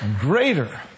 Greater